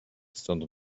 stąd